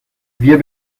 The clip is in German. wir